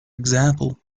example